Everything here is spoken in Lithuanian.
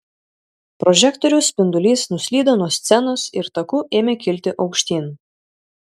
prožektoriaus spindulys nuslydo nuo scenos ir taku ėmė kilti aukštyn